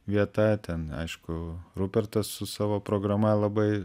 vieta ten aišku rupertas su savo programa labai